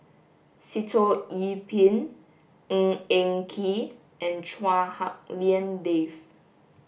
Sitoh Yih Pin Ng Eng Kee and Chua Hak Lien Dave